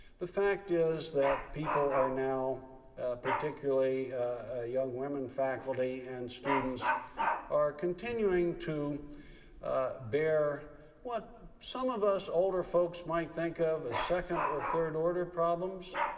the fact is that people are now particularly young women faculty and students are continuing to bear what some of us older folks might think of as second or third order problems.